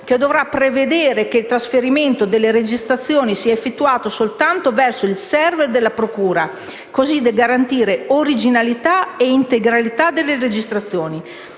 che dovrà prevedere che il trasferimento delle registrazioni sia effettuato soltanto verso il *server* della procura così da garantire originalità ed integrità delle registrazioni;